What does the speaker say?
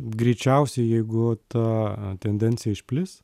greičiausiai jeigu ta tendencija išplis